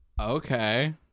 okay